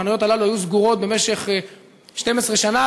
החנויות הללו היו סגורות במשך 12 שנה,